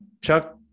Chuck